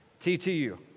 TTU